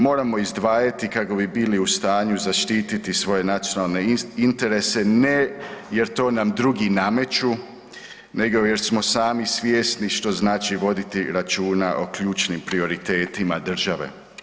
Moramo izdvajati kako bi bili u stanju zaštiti svoje nacionalne interese, ne jer to nam drugi nameću nego jer smo sami svjesni što znači voditi računa o ključnim prioritetima države.